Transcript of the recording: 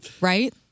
right